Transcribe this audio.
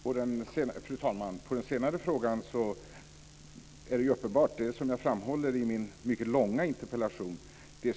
Fru talman! På den senare frågan är svaret uppenbart. Jag framhåller detta i min mycket långa interpellation.